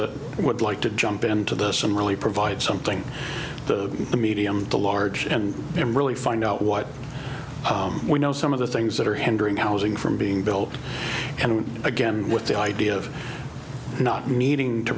owners would like to jump into this and really provide something to the medium to large and then really find out what we know some of the things that are hindering housing from being built and again with the idea of not meeting to